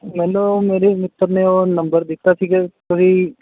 ਮੈਨੂੰ ਮੇਰੇ ਮਿੱਤਰ ਨੇ ਉਹ ਨੰਬਰ ਦਿੱਤਾ ਸੀਗਾ ਜੀ